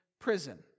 prison